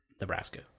Nebraska